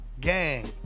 gang